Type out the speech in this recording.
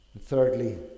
Thirdly